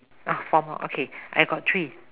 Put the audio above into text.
ah four more okay I got three